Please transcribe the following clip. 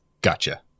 Gotcha